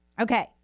Okay